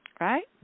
Right